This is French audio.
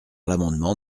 l’amendement